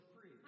free